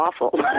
awful